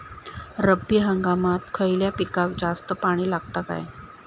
रब्बी हंगामात खयल्या पिकाक जास्त पाणी लागता काय?